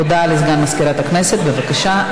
הודעה לסגן מזכירת הכנסת, בבקשה.